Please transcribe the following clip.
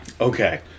Okay